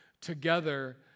together